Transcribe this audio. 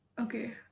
Okay